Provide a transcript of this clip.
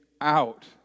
out